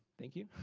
thank you.